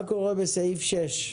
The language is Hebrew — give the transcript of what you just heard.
מה קורה בסעיף 6?